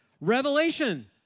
Revelation